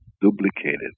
duplicated